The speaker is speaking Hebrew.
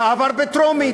עבר בטרומית.